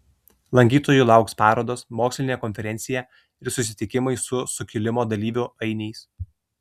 lankytojų lauks parodos mokslinė konferencija ir susitikimai su sukilimo dalyvių ainiais